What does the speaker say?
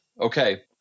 Okay